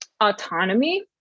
autonomy